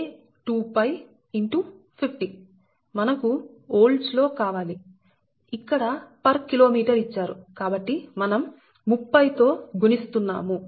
మనకు ఓల్ట్స్లో కావాలి ఇక్కడ పర్ కిలోమీటర్ ఇచ్చారు కాబట్టిమనం 30 తో గుణిస్తున్నాము